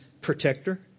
protector